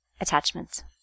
attachments